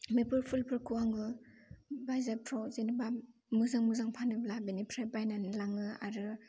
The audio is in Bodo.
बेफोर फुलफोरखौ आङो बाजारफ्राव जेनबा मोजां मोजां फानोब्ला बेनिफ्राय बायनानै लाङो आरो